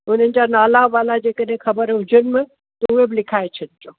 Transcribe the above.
उन्हनि जा नाला ॿाला जेकॾहिं ख़बर हुजनिव त उहो बि लिखाए छॾिजो